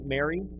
Mary